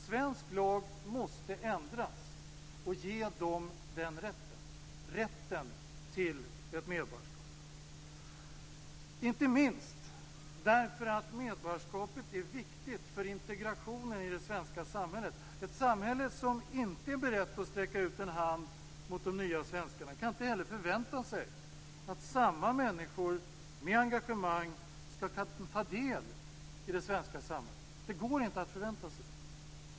Svensk lag måste ändras och ge dem den rätten - rätten till ett medborgarskap - inte minst därför att medborgarskapet är viktigt för integrationen i det svenska samhället. Ett samhälle som inte är berett att sträcka ut en hand mot de nya svenskarna kan inte heller förvänta sig att samma människor med engagemang skall ta del i det svenska samhället. Det går inte att förvänta sig det.